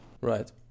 Right